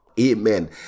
Amen